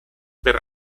per